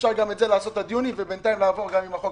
אפשר גם את זה לעשות עד יוני ובינתיים לעבור גם עם החוק